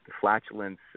Flatulence